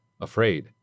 Afraid